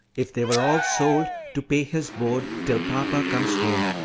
if they were all sold, to pay his board till papa comes home,